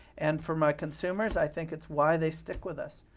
and for my consumers, i think it's why they stick with us.